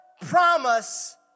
promise